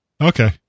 Okay